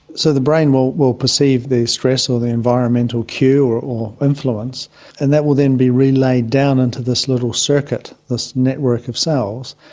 so the brain will will perceive the stress or the environmental cue or or influence and that will then be relayed down into this little circuit, this network of cells,